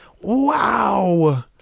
wow